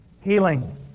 healing